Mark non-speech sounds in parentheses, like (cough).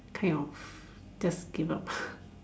kind of just give up (breath)